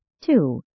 Two